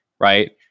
right